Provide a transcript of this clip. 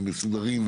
מסודרים,